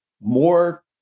more